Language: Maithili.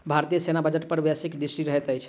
भारतीय सेना बजट पर वैश्विक दृष्टि रहैत अछि